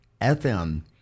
FM